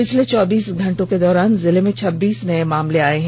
पिछले चौबीस घंटे के दौरान जिले में छब्बीस नये मामले आये हैं